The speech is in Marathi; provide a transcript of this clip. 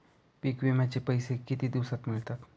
पीक विम्याचे पैसे किती दिवसात मिळतात?